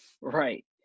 Right